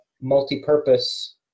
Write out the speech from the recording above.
multi-purpose